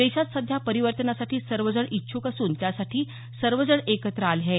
देशात सध्या परिवर्तनासाठी सर्वजण इच्छ्क असून त्यासाठी सर्वजण एकत्र आले आहेत